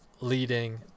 Leading